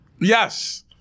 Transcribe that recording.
yes